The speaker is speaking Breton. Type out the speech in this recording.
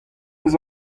eus